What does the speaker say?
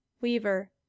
Weaver